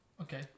okay